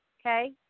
okay